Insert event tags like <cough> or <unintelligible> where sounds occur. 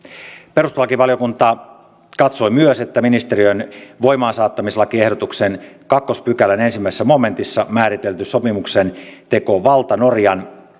perustuslakivaliokunta katsoi myös että ministeriön voimaansaattamislakiehdotuksen toisen pykälän ensimmäisessä momentissa määritelty sopimuksentekovalta norjan <unintelligible>